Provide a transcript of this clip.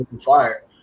fire